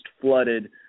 flooded